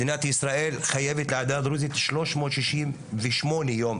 מדינת ישראל חייבת לעדה הדרוזית 368 יום,